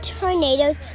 tornadoes